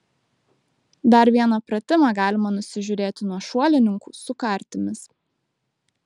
dar vieną pratimą galima nusižiūrėti nuo šuolininkų su kartimis